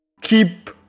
Keep